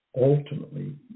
ultimately